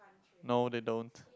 no they don't